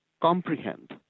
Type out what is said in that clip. comprehend